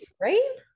Right